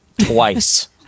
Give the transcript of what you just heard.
twice